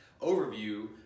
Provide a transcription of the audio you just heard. overview